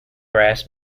brass